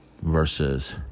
versus